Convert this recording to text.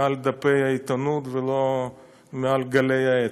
מעל דפי העיתונות ולא מעל גלי האתר.